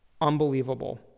unbelievable